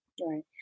Right